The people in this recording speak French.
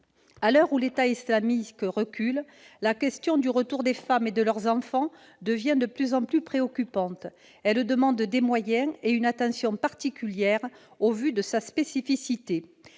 À l'heure où l'État islamique recule, la question du retour des femmes et de leurs enfants devient de plus en plus préoccupante. Son traitement demande des moyens et une attention particulière au vu de sa spécificité.